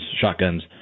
shotguns